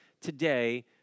today